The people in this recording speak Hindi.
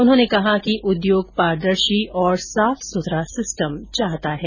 उन्होंने कहा कि उद्योग पारदर्शी और साफ सुथरा सिस्टम चाहता है